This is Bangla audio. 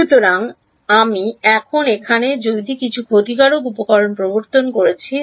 সুতরাং আমি এখন এখানে কিছু ক্ষতিকারক উপকরণ প্রবর্তন করেছি